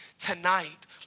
tonight